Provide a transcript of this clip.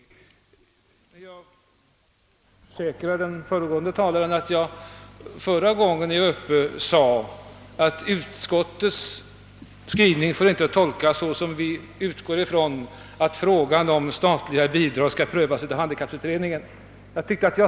Jag försäkrar den föregående talaren att jag sade att utskottets skrivning inte får tolkas så, att vi utgår ifrån att frågan om statliga bidrag skall prövas av handikapputredningen.